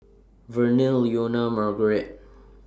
Verner Leonia Marguerite